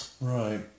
Right